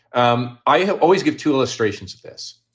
um i have always give two illustrations of this.